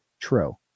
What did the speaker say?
true